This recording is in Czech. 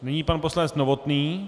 Nyní pan poslanec Novotný.